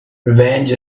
revenge